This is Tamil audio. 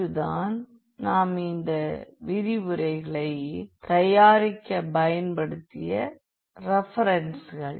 இதுதான் நாம் இந்த விரிவுரைகளை தயாரிக்க பயன்படுத்திய குறிப்புகள்